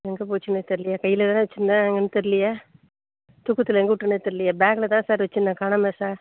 எங்கே போச்சுன்னே தெரிலையே கையில் தானே வெச்சுருந்தேன் எங்கேன்னு தெரியலையே தூக்கத்தில் எங்கே விட்டேன்னே தெரியலையே பேக்கில்தான் சார் வெச்சுருந்தேன் காணுமே சார்